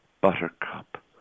buttercup